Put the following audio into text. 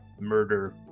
murder